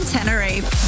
Tenerife